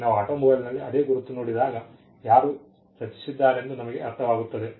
ನಾವು ಆಟೋಮೊಬೈಲ್ನಲ್ಲಿ ಅದೇ ಗುರುತು ನೋಡಿದಾಗ ಯಾರು ರಚಿಸಿದ್ದಾರೆಂದು ನಮಗೆ ಅರ್ಥವಾಗುತ್ತದೆ